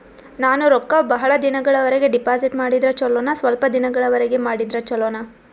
ನಾನು ರೊಕ್ಕ ಬಹಳ ದಿನಗಳವರೆಗೆ ಡಿಪಾಜಿಟ್ ಮಾಡಿದ್ರ ಚೊಲೋನ ಸ್ವಲ್ಪ ದಿನಗಳವರೆಗೆ ಮಾಡಿದ್ರಾ ಚೊಲೋನ?